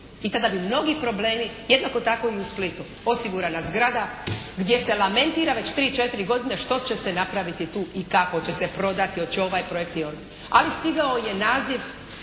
i kada bi mnogi problemi, jednako tako i u Splitu, osigurana zgrada gdje se lamentira već 3, 4 godine što će se napraviti tu i kako će se prodati, hoće li ovaj projekt ili onaj. Ali stigao je naziv: